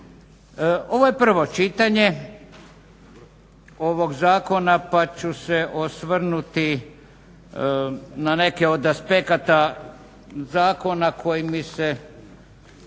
Ovo je prvo čitanje ovog zakona pa ću se osvrnuti na neke od aspekata zakona koji mi se